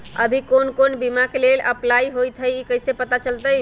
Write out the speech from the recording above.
अभी कौन कौन बीमा के लेल अपलाइ होईत हई ई कईसे पता चलतई?